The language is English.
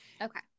Okay